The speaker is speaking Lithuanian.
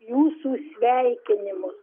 jūsų sveikinimus